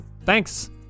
Thanks